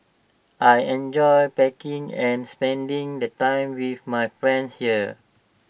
I enjoy packing and spending the time with my friends here